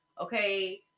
Okay